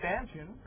expansion